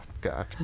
God